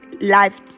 life